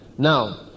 Now